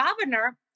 governor